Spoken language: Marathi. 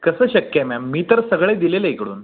कसं शक्य आहे मॅम मी तर सगळे दिलेले आहे इकडून